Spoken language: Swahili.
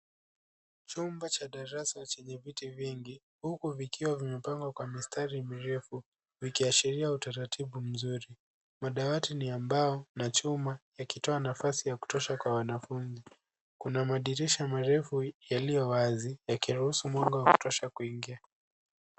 Chumba cha darasa chenye viti vingi, huku vikiwa vimepangwa kwa mistari mirefu, vikiashiria utaratibu mzuri . Madawati ni ya mbao na chuma yakitoa nafasi ya kutosha kwa wanafunzi. Kuna madirisha marefu yaliyo wazi yakiruhusu mwanga wa kutosha kuingia.